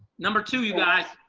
number two, you guys.